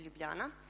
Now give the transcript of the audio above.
Ljubljana